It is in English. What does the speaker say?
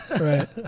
Right